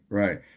right